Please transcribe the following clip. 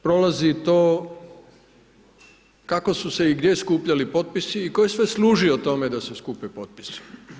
Prolazi to kako su se i gdje skupljali potpisi i tko je sve služio tome da se skupe potpisi.